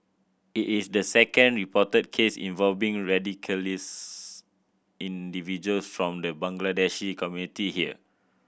it is the second reported case involving radicalised individuals from the Bangladeshi community here